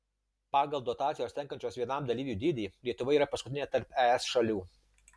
pagal dotacijos tenkančios vienam dalyviui dydį lietuva yra paskutinė tarp es šalių